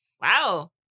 Wow